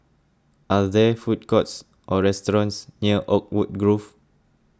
are there food courts or restaurants near Oakwood Grove